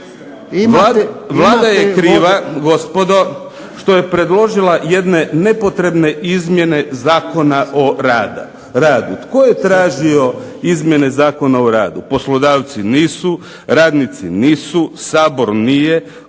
Vlada je kriva gospodo što je predložila jedne nepotrebne izmjene Zakona o radu. Tko je tražio izmjene Zakona o radu? Poslodavci nisu, radnici nisu, Sabor nije.